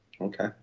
Okay